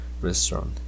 restaurant